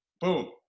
Boom